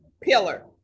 pillar